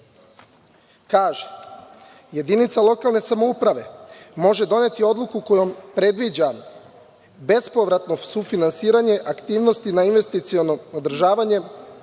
kaže – jedinica lokalne samouprave može doneti odluku kojom predviđa bespovratno sufinansiranje aktivnosti na investiciono održavanje,